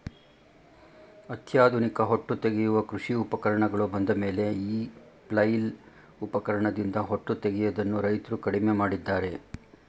ಅತ್ಯಾಧುನಿಕ ಹೊಟ್ಟು ತೆಗೆಯುವ ಕೃಷಿ ಉಪಕರಣಗಳು ಬಂದಮೇಲೆ ಈ ಫ್ಲೈಲ್ ಉಪಕರಣದಿಂದ ಹೊಟ್ಟು ತೆಗೆಯದನ್ನು ರೈತ್ರು ಕಡಿಮೆ ಮಾಡಿದ್ದಾರೆ